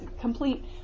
complete